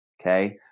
Okay